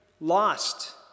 lost